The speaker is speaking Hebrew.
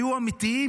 היו אמיתיים.